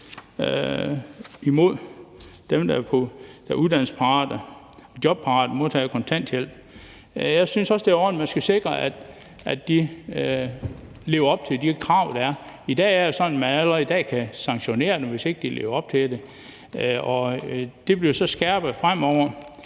imod dem, der er uddannelsesparate eller jobparate og modtagere af kontanthjælp, synes jeg også, det er i orden, at man sikrer, at de lever op til de krav, der er. Det er sådan, at man allerede i dag kan sanktionere dem, hvis de ikke lever op til kravene, og det bliver så skærpet fremover.